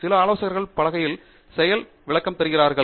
சில ஆலோசகர்கள் பலகையில் செயல் விளக்கம் தருவார்கள்